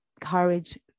courage